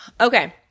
Okay